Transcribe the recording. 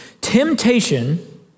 Temptation